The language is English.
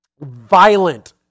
Violent